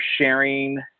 sharing